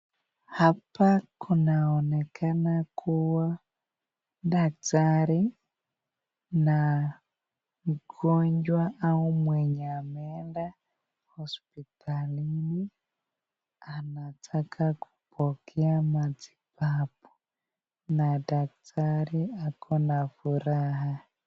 Hapa kunaoneaka kuwa daktari na mgonjwa au mwenye ameenda hospitalini anataka kupokea matibabu na daktari ako na furaha.